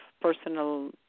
personal